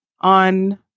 on